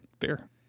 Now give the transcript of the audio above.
Fair